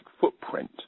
footprint